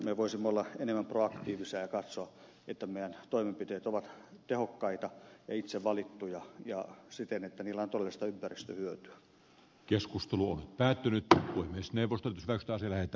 me voisimme olla enemmän proaktiivisia ja katsoa että meidän toimenpiteemme ovat tehokkaita ja itse valittuja ja sellaisia että niillä on päättynyt kuin myös neuvosto täyttää todellista ympäristöhyötyä